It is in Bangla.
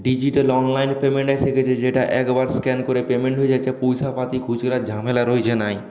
ডিজিটাল অনলাইন পেমেন্ট এসে গেছে যেটা একবার স্ক্যান করে পেমেন্ট হয়ে যাচ্ছে পয়সা পাতি খুচরোর ঝামেলা রইছে না